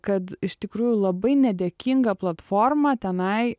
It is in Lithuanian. kad iš tikrųjų labai nedėkinga platforma tenai